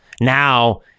Now